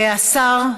השר,